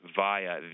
via